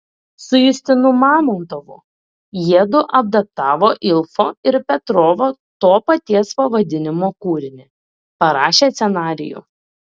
su justinu mamontovu jiedu adaptavo ilfo ir petrovo to paties pavadinimo kūrinį parašė scenarijų